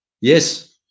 yes